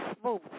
smooth